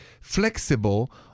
flexible